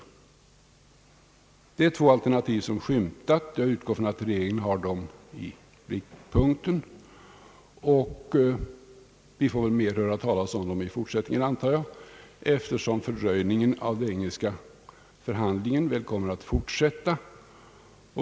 Detta är två alternativ som har skymtat. Jag utgår från att regeringen har dem i blickpunkten, och jag antar att vi får höra talas mer om dem i fortsättningen, eftersom fördröjningen av den engelska förhandlingen kommer att fortsätta.